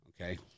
Okay